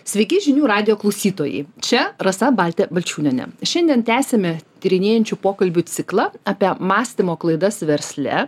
sveiki žinių radijo klausytojai čia rasa baltė balčiūnienė šiandien tęsiame tyrinėjančių pokalbių ciklą apie mąstymo klaidas versle